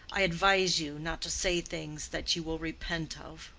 i advise you not to say things that you will repent of.